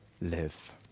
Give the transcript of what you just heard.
live